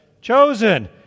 Chosen